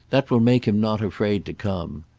that will make him not afraid to come.